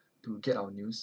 to get our news